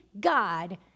God